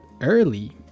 early